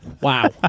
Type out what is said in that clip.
Wow